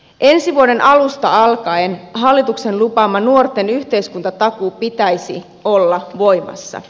ensi vuoden alusta alkaen hallituksen lupaaman nuorten yhteiskuntatakuun pitäisi olla voimassa